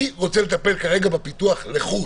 אני רוצה לטפל כרגע בפיתוח לחוד.